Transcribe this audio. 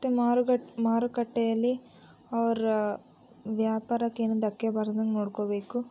ಮತ್ತು ಮಾರುಕಟ್ಟೆ ಮಾರುಕಟ್ಟೆಯಲ್ಲಿ ಅವರ ವ್ಯಾಪಾರಕ್ಕೇನು ಧಕ್ಕೆ ಬರದಂಗೆ ನೋಡಿಕೋಬೇಕು